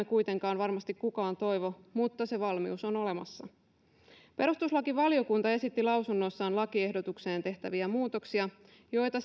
kuitenkaan varmasti kukaan toivo mutta se valmius on olemassa perustuslakivaliokunta esitti lausunnossaan lakiehdotukseen tehtäviä muutoksia joita